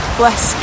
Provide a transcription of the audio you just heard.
bless